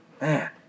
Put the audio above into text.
Man